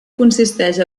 consisteix